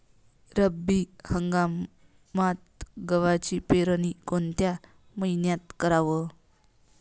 रब्बी हंगामात गव्हाची पेरनी कोनत्या मईन्यात कराव?